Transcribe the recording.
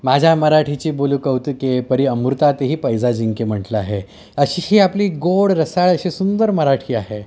माझ्या मराठीचि बोलु कौतुके परि अमृतातेहि पैजा जिंके म्हटलं आहे अशी ही आपली गोड रसाळ अशी सुंदर मराठी आहे